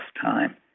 time